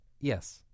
Yes